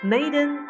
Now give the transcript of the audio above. Maiden